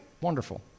wonderful